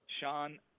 Sean